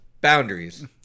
Boundaries